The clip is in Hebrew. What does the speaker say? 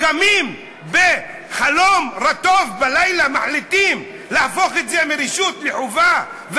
קמים בחלום רטוב בלילה ומחליטים להפוך את זה מרשות לחובה,